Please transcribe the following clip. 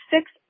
six